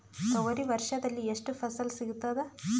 ತೊಗರಿ ವರ್ಷದಲ್ಲಿ ಎಷ್ಟು ಫಸಲ ಸಿಗತದ?